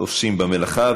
העושים במלאכה.